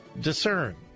Discern